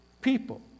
people